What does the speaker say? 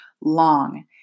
long